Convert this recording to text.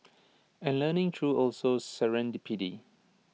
and learning through also serendipity